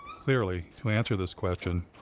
clearly, to answer this question,